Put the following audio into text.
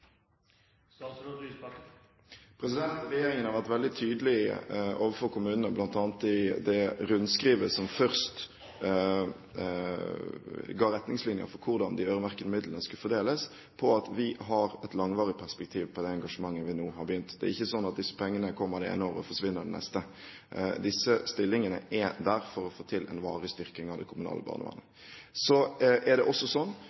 Regjeringen har vært veldig tydelig overfor kommunene, bl.a. i det rundskrivet som først ga retningslinjer for hvordan de øremerkede midlene skulle fordeles, på at vi har et langvarig perspektiv på det engasjementet vi nå har begynt. Det er ikke slik at disse pengene kommer det ene året og forsvinner det neste. Disse stillingene er der for å få til en varig styrking av det kommunale barnevernet. Så er det også